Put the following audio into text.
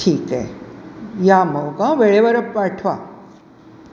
ठीक आहे या मग हां वेळेवर पाठवा